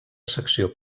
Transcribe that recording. secció